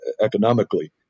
economically